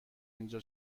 اینجا